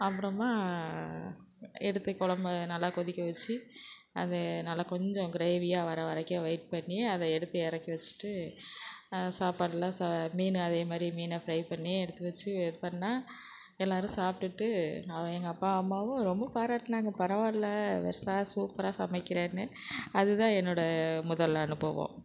அப்பறமாக எடுத்துக் குலம்ப நல்லா கொதிக்க வச்சு அது நல்லா கொஞ்சம் க்ரேவியாக வர்ற வரைக்கும் வெயிட் பண்ணி அதை எடுத்து இறக்கி வச்சிட்டு சாப்பாட்லாம் சா மீனை அதே மாதிரி மீனை ஃப்ரை பண்ணி எடுத்து வச்சு இது பண்ணேன் எல்லாரும் சாப்பிட்டுட்டு ந எங்கள் அப்பாவும் அம்மாவும் ரொம்ப பாராட்டுனாங்க பரவாயில்லை வர்சா சூப்பராக சமைக்கிறேன்னு அது தான் என்னோட முதல் அனுபவம்